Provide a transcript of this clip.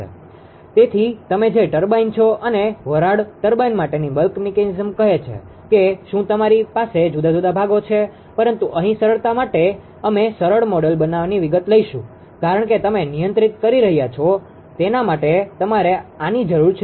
તેથી તેથી તમે જે ટર્બાઇન છો અને વરાળ ટર્બાઇન માટેની બલ્ક મિકેનિઝમ કહે છે કે શું તમારી પાસે જુદા જુદા વિભાગો છે પરંતુ અહીં સરળતા માટે અમે સરળ મોડેલની વિગત લઈશું કારણ કે તમે નિયંત્રિત કરી રહ્યાં છો તેના માટે તમારે આની જરૂર છે